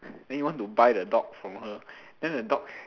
then you want to buy the dog from her then the dog